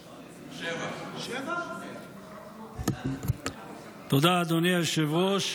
96. תודה, אדוני היושב-ראש.